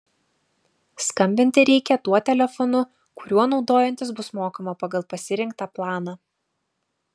skambinti reikia tuo telefonu kuriuo naudojantis bus mokama pagal pasirinktą planą